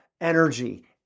energy